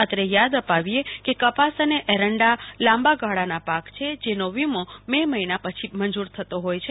અત્રે યાદ અપાવીએ કે કપાસ અને એરંડા લાંબા ગાળાના પાક છે જેનો વિમો મે મહિના પછી મંજૂરો થતો હોય છે